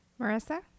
Marissa